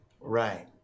Right